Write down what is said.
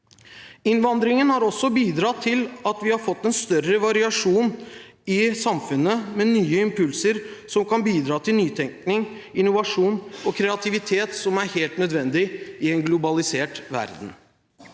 Innvandringen har også bidratt til at vi har fått en større variasjon i samfunnet med nye impulser som kan bidra til nytenking, innovasjon og kreativitet som er helt nødvendig i en globalisert verden.